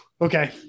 okay